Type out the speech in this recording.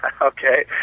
Okay